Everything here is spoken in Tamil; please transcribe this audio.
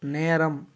நேரம்